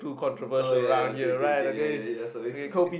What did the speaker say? oh ya ya ya okay okay ya ya ya sorry sorry